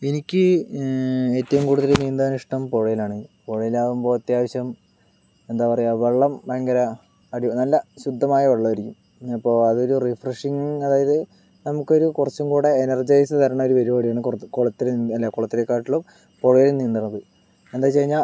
എനിക്ക് ഏറ്റവും കൂടുതൽ നീന്താനിഷ്ടം പുഴയിലാണ് പുഴയിൽ ആകുമ്പോൾ അത്യാവിശ്യം എന്താ പറയുക വെള്ളം ഭയങ്കര നല്ല ശുദ്ധമായ വെള്ളമായിരിക്കും അപ്പോൾ അതൊരു റിഫ്രഷിങ്ങ് അതായത് നമുക്കൊരു കുറച്ചുകൂടി എനർജൈസ് തരുന്ന ഒരു പരുപാടിയാണ് കുളത്തിൽ കുളത്തിലെക്കാട്ടിലും പുഴയിൽ നീന്തുന്നത് എന്താണെന്നു വച്ചു കഴിഞ്ഞാൽ